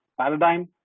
paradigm